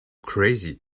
crazy